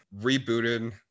rebooted